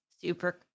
Super